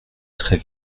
très